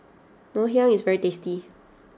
Ngoh Hiang is very tasty